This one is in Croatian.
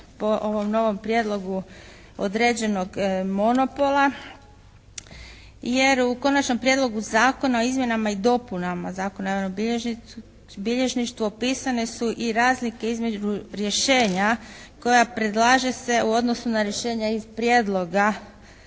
po ovom novom prijedlogu određenog monopola jer u Konačnom prijedlogu Zakona o izmjenama i dopunama Zakona o javnom bilježništvu opisane su i razlike između rješenja koja predlaže se u odnosu na rješenja iz Prijedloga